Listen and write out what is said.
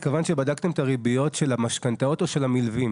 התכוונת שבדקתם את הריביות של המשכנתאות או של המלווים?